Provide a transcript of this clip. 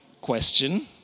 question